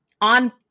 on